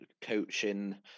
coaching